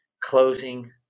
closing